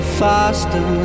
faster